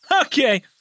Okay